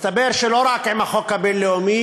מסתבר שלא רק עם החוק הבין-לאומי,